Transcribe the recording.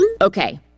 Okay